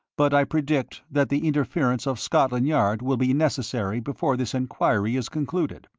but i predict that the interference of scotland yard will be necessary before this enquiry is concluded.